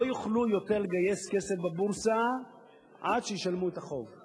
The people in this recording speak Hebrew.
לא יוכלו לגייס כסף בבורסה עד שישלמו את החוב.